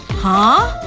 huh?